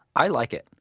i like it.